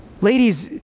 Ladies